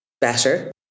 better